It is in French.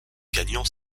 gagnant